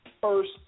first